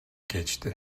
geçti